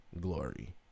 glory